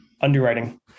Underwriting